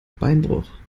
beinbruch